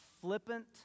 flippant